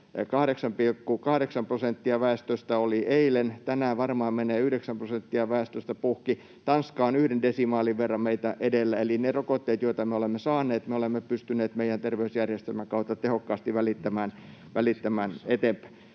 8,8 prosenttia oli rokotettu eilen, tänään varmaan menee 9 prosenttia väestöstä puhki. Tanska on yhden desimaalin verran meitä edellä. Eli ne rokotteet, joita me olemme saaneet, me olemme pystyneet meidän terveysjärjestelmän kautta tehokkaasti välittämään eteenpäin.